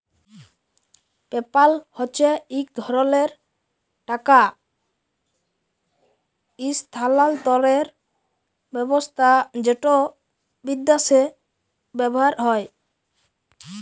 PayPal হছে ইক ধরলের টাকা ইসথালালতরের ব্যাবস্থা যেট বিদ্যাশে ব্যাভার হয়